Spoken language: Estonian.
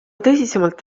tõsisemalt